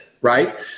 right